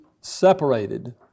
separated